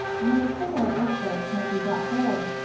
many similar anecdotes might be brought forward,